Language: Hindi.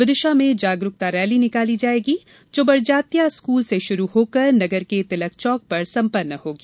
विदिशा में जागरूकता रैली निकाली जायेगी जो बड़जात्या स्कूल से प्रारंभ होकर नगर के तिलक चौक पर सम्पन्न होगी